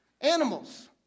animals